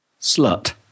Slut